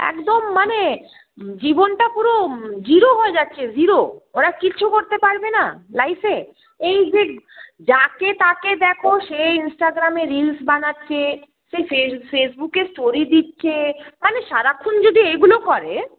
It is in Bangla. একদম মানে জীবনটা পুরো জিরো হয়ে যাচ্ছে জিরো ওরা কিচ্ছু করতে পারবে না লাইফে এই যে যাকে তাকে দেখো সে ইনসটাাগ্রামে রিলস বানাচ্ছে সেই ফ ফেসবুকে স্টোরি দিচ্ছে মানে সারাক্ষণ যদি এগুলো করে